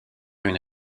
une